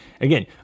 Again